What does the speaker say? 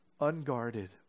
Unguarded